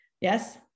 Yes